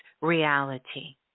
reality